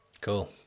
Cool